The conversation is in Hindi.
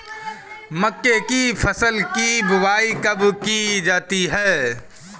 मक्के की फसल की बुआई कब की जाती है?